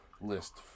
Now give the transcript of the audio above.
list